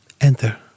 Enter